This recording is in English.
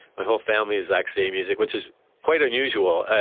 my whole family is actually amusiac, which is quite unusual.